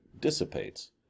dissipates